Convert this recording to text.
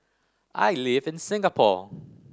I live in Singapore